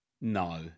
No